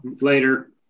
later